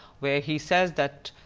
where he says that